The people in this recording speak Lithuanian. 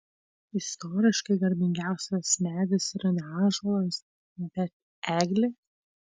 istoriškai garbingiausias medis yra ne ąžuolas bet eglė